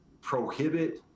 prohibit